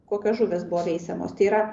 kokios žuvys buvo veisiamos tai yra